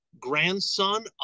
grandson